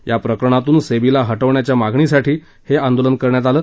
या प्रकरणातून सेबीला हटवण्याच्या मागणीसाठी हे आंदोलन करण्यात आलं